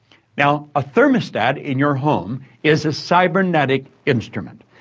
now, a thermostat in your home is a cybernetic instrument.